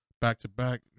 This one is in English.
back-to-back